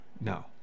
No